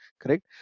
Correct